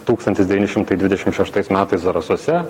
tūkstantis devyni šimtai dvidešim šeštais metais zarasuose